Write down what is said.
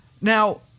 Now